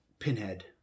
pinhead